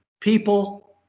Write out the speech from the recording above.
people